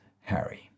Harry